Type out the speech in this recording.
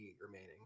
remaining